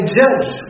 judge